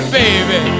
baby